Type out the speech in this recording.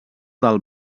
del